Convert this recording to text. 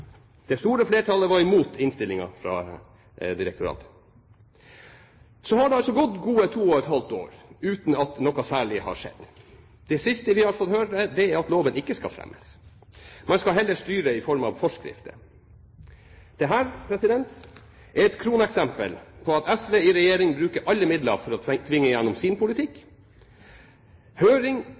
Det store flertallet var imot innstillingen fra direktoratet. Så har det altså gått gode to og et halvt år uten at noe særlig har skjedd. Det siste vi har fått høre, er at loven ikke skal fremmes. Man skal heller styre i form av forskrifter. Dette er et kroneksempel på at SV i regjering bruker alle midler for å tvinge gjennom sin politikk. Høring